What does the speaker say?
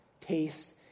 taste